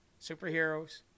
superheroes